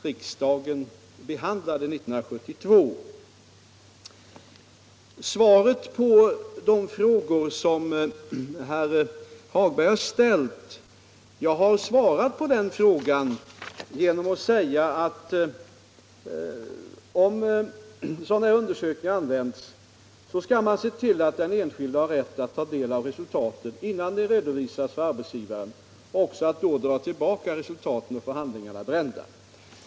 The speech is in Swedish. Riksdagen behandlade denna fråga 1972. Svaret på de frågor herr Hagberg i Borlänge nu har ställt har jag redan givit genom att säga att om sådana här undersökningar används skall man ”'se till att den enskilde har rätt att ta del av resultaten innan de redovisas för arbetsgivaren och också att då dra tillbaka resultaten och få handlingarna brända”.